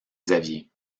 xavier